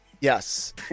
Yes